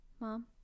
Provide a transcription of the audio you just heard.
Mom